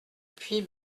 puits